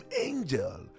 angel